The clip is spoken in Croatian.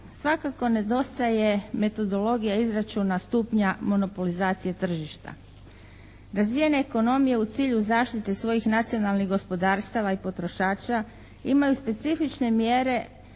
Svakako nedostaje metodologija izračuna stupnja monopolizacije tržišta. Razvijene ekonomije u cilju zaštite svojih nacionalnih gospodarstava i potrošača imaju specifične mjere